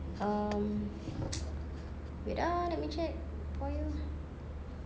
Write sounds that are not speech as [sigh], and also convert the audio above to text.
um [noise] wait ah let me check for you